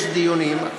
דיונים,